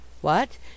What